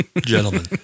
Gentlemen